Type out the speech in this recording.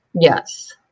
Yes